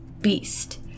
beast